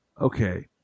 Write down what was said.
Okay